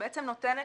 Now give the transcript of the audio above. נותנת